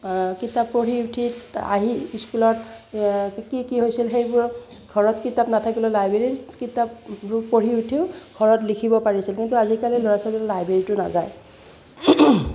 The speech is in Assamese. কিতাপ পঢ়ি উঠি আহি স্কুলত কি কি হৈছিল সেইবোৰৰ ঘৰত কিতাপ নাথাকিলেও লাইব্ৰেৰীত কিতাপবোৰ পঢ়ি উঠিও ঘৰত লিখিব পাৰিছিল কিন্তু আজিকালি ল'ৰা ছোৱালীবোৰ লাইব্ৰেৰীটো নাযায়